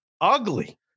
Ugly